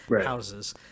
houses